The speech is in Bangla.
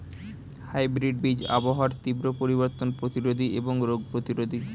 হাইব্রিড বীজ আবহাওয়ার তীব্র পরিবর্তন প্রতিরোধী এবং রোগ প্রতিরোধী